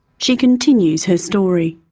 she continues her story.